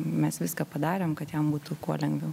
mes viską padarėm kad jam būtų kuo lengviau